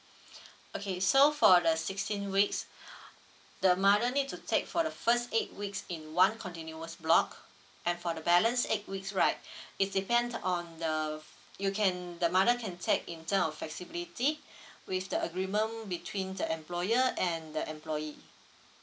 okay so for the sixteen weeks the mother need to take for the first eight weeks in one continuous block and for the balance eight weeks right it's depends on the f~ you can the mother can take in term of flexibility with the agreement between the employer and the employee